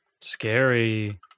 Scary